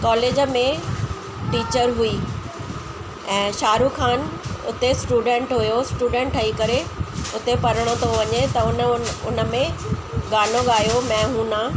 college में teacher हुई ऐं शाहरुख खान उते स्टूडेंट हुयो स्टूडेंट ठई करे उते पढ़ण तो वञे त उन उनमें गानो गायो मै हू ना